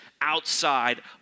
outside